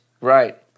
right